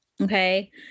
okay